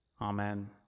Amen